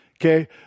okay